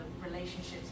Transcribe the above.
relationships